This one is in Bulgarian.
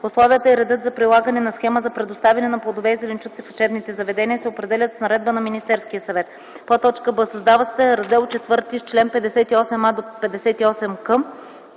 Условията и редът за прилагане на схема за предоставяне на плодове и зеленчуци в учебните заведения се определят с наредба на Министерския съвет.” б) създава се Раздел ІV с чл. 58а-58к: